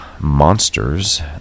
Monsters